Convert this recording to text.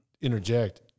interject